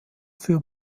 für